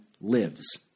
lives